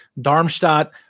Darmstadt